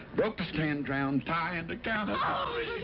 broke to stand ground-tied in the county.